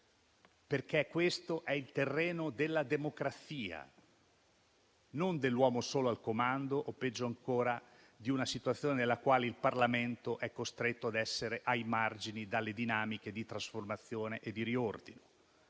Questo, infatti, è il terreno della democrazia, non dell'uomo solo al comando, o, peggio ancora, di una situazione nella quale il Parlamento è costretto ad essere ai margini delle dinamiche di trasformazione e di riordino.